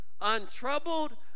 untroubled